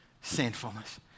sinfulness